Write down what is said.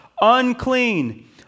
unclean